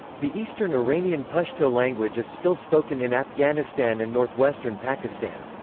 the eastern iranian pashto language is still spoken in afghanistan and northwestern pakistan.